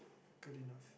good enough